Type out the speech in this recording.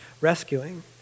rescuing